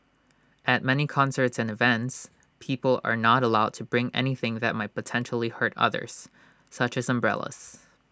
at many concerts and events people are not allowed to bring anything that might potentially hurt others such as umbrellas